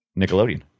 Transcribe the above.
Nickelodeon